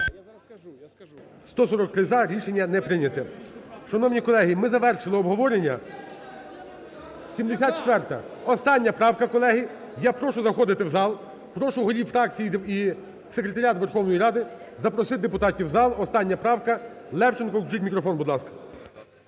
За-143 Рішення не прийнято. Шановні колеги, ми завершили обговорення. 74 остання правка, колеги. Я прошу заходити в зал. Прошу голів фракцій і Секретаріат Верховної Ради запросити депутатів в зал. Остання правка. Левченко включіть мікрофон, будь ласка.